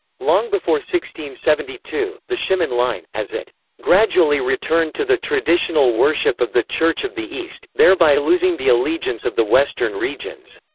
long before one seventy two, the shimun line, as it gradually returned to the traditional worship of the church of the east, thereby losing the allegiance of the western regions,